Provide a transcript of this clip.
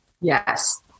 Yes